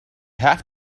have